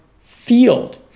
field